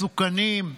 מסוכנים.